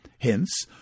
Hence